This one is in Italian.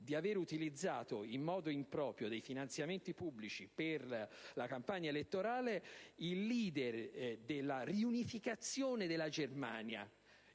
di aver utilizzato in modo improprio finanziamenti pubblici per la campagna elettorale, il *leader* della riunificazione della Germania,